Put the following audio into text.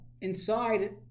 inside